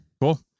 Cool